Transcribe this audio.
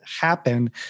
happen